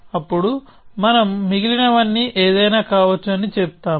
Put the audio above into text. అప్పుడు మనం మిగిలినవన్నీ ఏదైనా కావచ్చు అని చెబుతాము